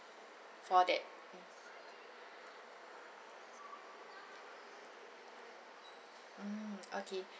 for that mm okay